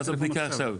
בדיקה עכשיו.